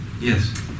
Yes